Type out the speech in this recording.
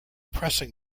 pressing